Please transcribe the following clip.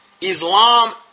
Islam